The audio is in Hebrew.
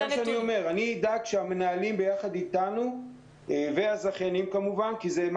זה מה שאני אומר אני אדאג שהמנהלים יחד איתנו והזכיינים כי זה מה